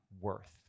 worth